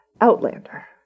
Outlander